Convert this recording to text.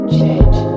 Change